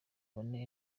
bane